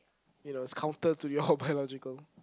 you know it's counter to your biological